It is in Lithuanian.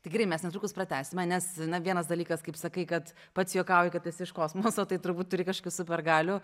tai gerai mes netrukus pratęsime nes na vienas dalykas kaip sakai kad pats juokauji kad esi iš kosmoso tai turbūt turi kažkokių supergalių